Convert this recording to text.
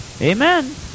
Amen